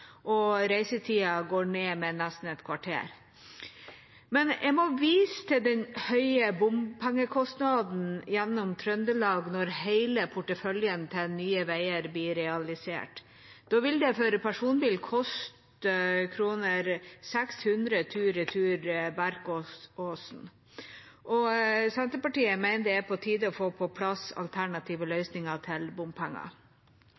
og at reisetida går ned med nesten et kvarter. Men jeg må vise til den høye bompengekostnaden gjennom Trøndelag når hele porteføljen til Nye Veier blir realisert. Da vil det for en personbil koste 600 kr tur–retur Berkåk–Åsen. Senterpartiet mener det er på tide å få på plass alternative